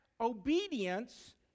obedience